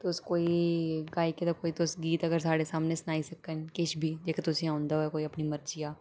तुस कोई गायकी दा कोई तुस गीत अगर साढ़े सामनै सनाई सकन किश बी जेह्का तुसें ई औंदा होवै अपनी मरजिया